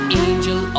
angel